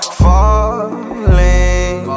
falling